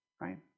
right